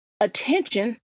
attention